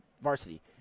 varsity